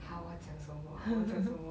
!huh! 我要讲什么我要讲什么